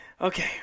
okay